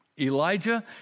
Elijah